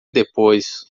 depois